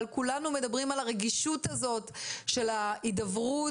אבל כולנו מדברים על הרגישות הזאת של ההידברות